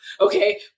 Okay